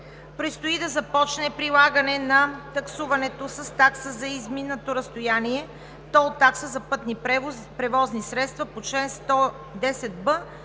предстои да започне прилагане на таксуването с такса за изминато разстояние – тол такса за пътни превозни средства, по чл.